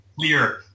clear